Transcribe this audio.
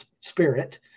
spirit